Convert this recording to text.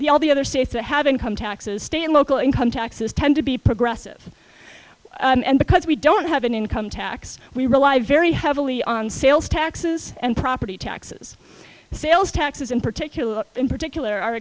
the all the other states that have income taxes state and local income taxes tend to be progressive and because we don't have an income tax we rely very heavily on sales taxes and property taxes sales taxes in particular in particular are